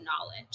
knowledge